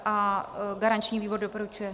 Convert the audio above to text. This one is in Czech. Garanční výbor doporučuje.